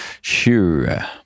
sure